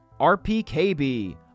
RPKB